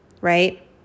right